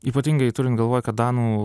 ypatingai turin galvoj kad danų